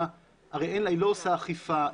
הרי היא לא עושה אכיפה,